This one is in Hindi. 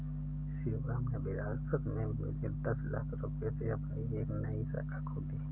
शिवम ने विरासत में मिले दस लाख रूपए से अपनी एक नई शाखा खोली